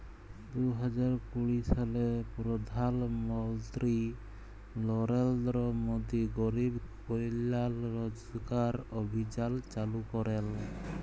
দু হাজার কুড়ি সালে পরধাল মলত্রি লরেলদ্র মোদি গরিব কল্যাল রজগার অভিযাল চালু ক্যরেল